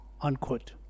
unquote